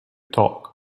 talk